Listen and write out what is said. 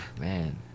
man